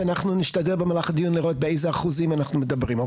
ואנחנו נשתדל במהלך הדיון לראות באיזה אחוזים אנחנו מדברים.